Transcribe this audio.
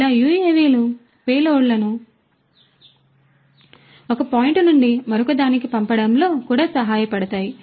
ఇలా UAV లు పేలోడ్లను ఒక పాయింట్ నుండి మరొకదానికి పంపడంలో కూడా సహాయపడతాయి